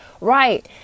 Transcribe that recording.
Right